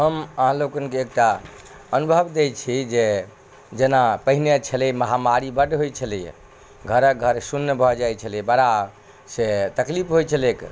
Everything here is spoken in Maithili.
हम अहाँ लोकके एकटा अनुभव दै छी जे जेना पहिने छलै महामारी बड होइ छलैया घरक घर सुन्न भऽ जाइ छलै बड़ा से तकलीफ होइ छलै कऽ